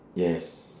yes